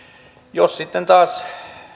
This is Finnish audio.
jos taas